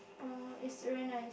uh it's very nice